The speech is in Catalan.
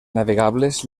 navegables